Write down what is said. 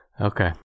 Okay